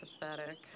pathetic